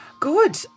Good